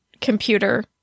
computer